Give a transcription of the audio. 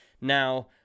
Now